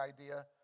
idea